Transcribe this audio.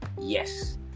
Yes